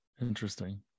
interesting